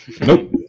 Nope